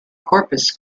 corpus